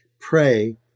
pray